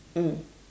mm